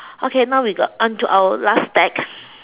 okay now we got onto our last stack